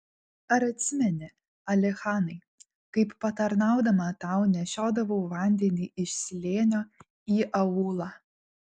ar atsimeni alichanai kaip patarnaudama tau nešiodavau vandenį iš slėnio į aūlą